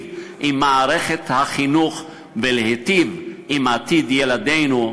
עם מערכת החינוך ולהיטיב עם עתיד ילדינו,